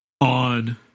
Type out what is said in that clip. on